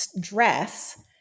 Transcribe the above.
dress